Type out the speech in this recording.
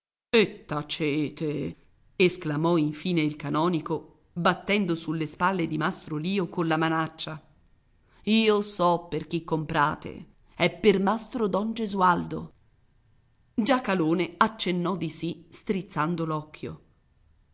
tacete esclamò infine il canonico battendo sulle spalle di mastro lio colla manaccia io so per chi comprate è per mastro don gesualdo giacalone accennò di sì strizzando